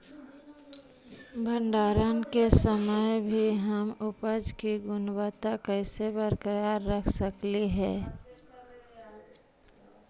भंडारण के समय भी हम उपज की गुणवत्ता कैसे बरकरार रख सकली हे?